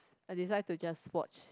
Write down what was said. I decide to just watch